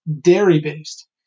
dairy-based